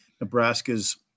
Nebraska's